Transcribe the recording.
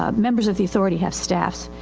ah members of the authority have staffs.